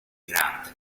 grant